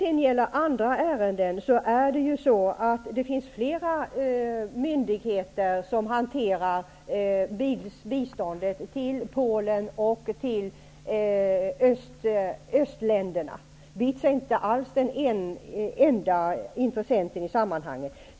I andra ärenden är det flera myndigheter som hanterar biståndet till Polen och östländerna. BITS är inte alls den enda intressenten i sammanhanget.